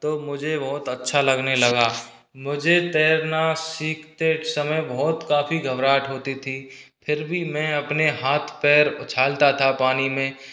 तो मुझे बहुत अच्छा लगने लगा मुझे तैरना सीखते समय बहुत काफ़ी घबराहट होती थी फिर भी मै अपने हाथ पैर उछालता था पानी में